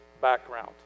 background